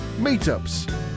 meetups